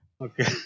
Okay